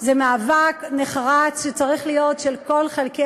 זה מאבק נחרץ שצריך להיות של כל חלקי